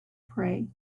pray